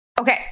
Okay